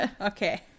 okay